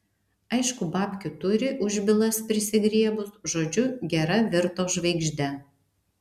aišku babkių turi už bylas prisigriebus žodžiu gera virto žvaigžde